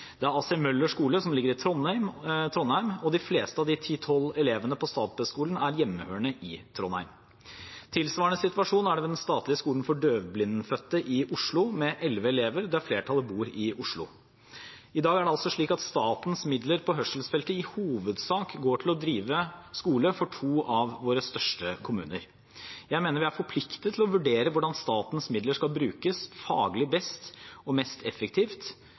er A. C. Møller skole, som ligger i Trondheim, og de fleste av de ti–tolv elevene på Statped-skolen er hjemmehørende i Trondheim. Tilsvarende situasjon er det ved den statlige skolen for døvblindfødte i Oslo, med elleve elever, der flertallet bor i Oslo. I dag er det altså slik at statens midler på hørselsfeltet i hovedsak går til å drive skole for to av våre største kommuner. Jeg mener vi er forpliktet til å vurdere hvordan statens midler skal brukes faglig best og mest effektivt,